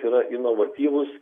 yra inovatyvūs